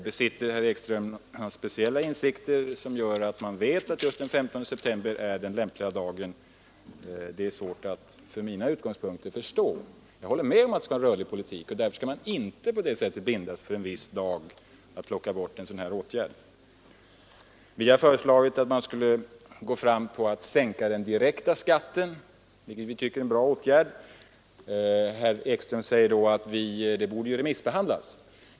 Besitter herr Ekström några speciella insikter som gör att han vet att just den 15 september är den lämpliga dagen? Det är svårt att från mina utgångspunkter förstå detta. Jag håller med om att det skall vara en rörlig politik, och därför skall man inte binda sig vid att från en viss dag plocka bort en vidtagen åtgärd. Vi har föreslagit att man skall sänka den direkta skatten, vilket vi tycker är en bra åtgärd. Herr Ekström säger att denna sak borde remissbehandlas.